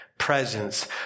presence